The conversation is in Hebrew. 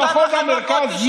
במחוז המרכז,